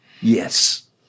Yes